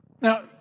Now